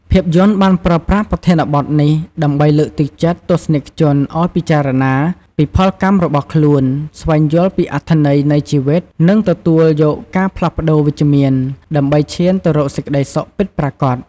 ភាពយន្តបានប្រើប្រាស់ប្រធានបទនេះដើម្បីលើកទឹកចិត្តទស្សនិកជនឱ្យពិចារណាពីផលកម្មរបស់ខ្លួន ស្វែងយល់ពីអត្ថន័យនៃជីវិត និងទទួលយកការផ្លាស់ប្ដូរវិជ្ជមានដើម្បីឈានទៅរកសេចក្តីសុខពិតប្រាកដ។